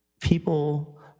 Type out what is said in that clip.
people